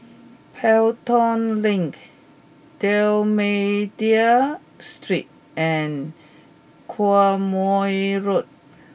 Pelton Link D'almeida Street and Quemoy Road